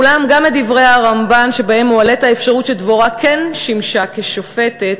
אולם גם את דברי הרמב"ן שבהם מועלית אפשרות שדבורה כן שימשה כשופטת,